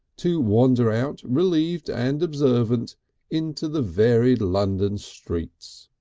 to wander out relieved and observant into the varied london streets.